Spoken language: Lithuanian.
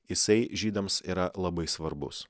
jisai žydams yra labai svarbus